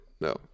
no